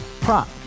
Prop